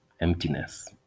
emptiness